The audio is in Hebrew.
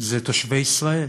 אלה תושבי ישראל